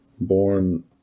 born